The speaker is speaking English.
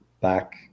back